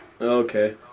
Okay